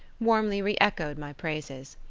warmly re-echoed my praises.